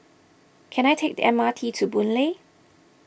can I take the M R T to Boon Lay